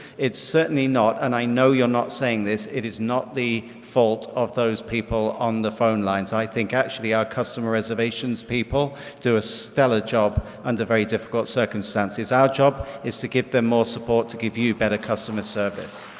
it's certainly not and i know you're not saying this, it is not the fault of those people on the phone lines. i think actually our customer reservations people do a stellar job under very difficult circumstances. our job is to give them more support to give you better customer service.